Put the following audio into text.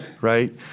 Right